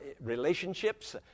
relationships